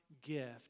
gift